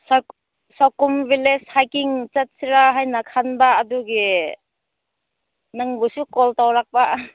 ꯁꯀꯨꯝ ꯕꯤꯂꯦꯁ ꯍꯥꯏꯛꯀꯤꯡ ꯆꯠꯁꯤꯔ ꯍꯥꯏꯅ ꯈꯟꯕ ꯑꯗꯨꯒꯤ ꯅꯪꯕꯨꯁꯨ ꯀꯣꯜ ꯇꯧꯔꯛꯄ